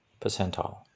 percentile